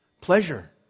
Pleasure